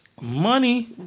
Money